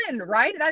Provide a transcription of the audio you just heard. right